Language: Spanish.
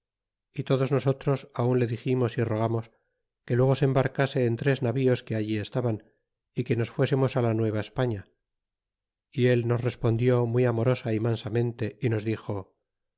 y todos nosotros aun le diximos é rogamos que luego se embarcase en tres novios que allí estaban y que nos fuésemos á la nuevaespaña y él nos respondió muy amorosa y mansamente y nos dixo i